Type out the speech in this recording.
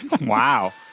Wow